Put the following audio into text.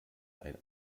ein